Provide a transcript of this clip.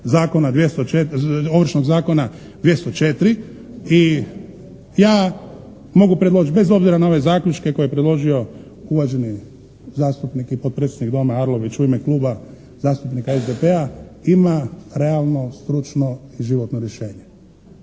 zakona 204. i ja mogu predložiti bez obzira na ove zaključke koje je predložio uvaženi zastupnik i potpredsjednik Doma Arlović u ime Kluba zastupnika SDP-a im realno, stručno i životno rješenje.